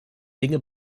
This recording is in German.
dinge